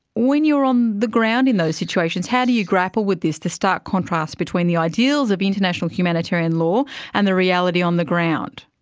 when you are on the ground in those situations, how do you grapple with this, the stark contrast between the ideals of international humanitarian law and the reality on the ground,